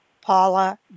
Paula